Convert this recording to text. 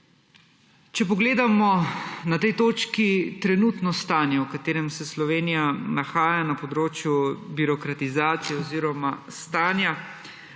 Če pogledamo na tej točki trenutno stanje, v katerem se Slovenija nahaja na področju birokratizacije oziroma stanja,